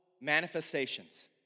manifestations